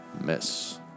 Miss